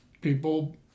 people